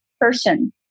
person